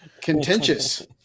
Contentious